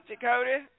Dakota